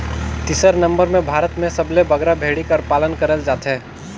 तीसर नंबर में भारत में सबले बगरा भेंड़ी कर पालन करल जाथे